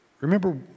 remember